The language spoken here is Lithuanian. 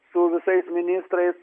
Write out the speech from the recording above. su visais ministrais